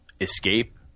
escape